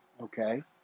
okay